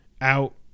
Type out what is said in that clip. out